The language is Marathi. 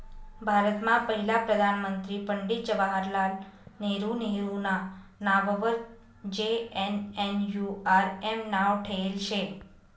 भारतमा पहिला प्रधानमंत्री पंडित जवाहरलाल नेहरू नेहरूना नाववर जे.एन.एन.यू.आर.एम नाव ठेयेल शे